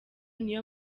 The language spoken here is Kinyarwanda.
niyo